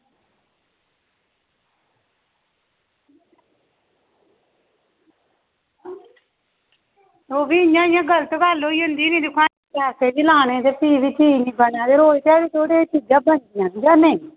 ओह्बी इंया गलत गल्ल होई जंदी ना दिक्खो आं पैसे बी लानै ते भी बी चीज़ निं बने ते रोज़ रोज़ थोह्ड़े एह् चीज़ां बनदियां जां नेईं